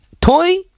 Toy